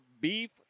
beef